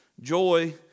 Joy